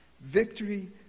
Victory